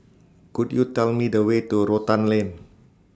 Could YOU Tell Me The Way to Rotan Lane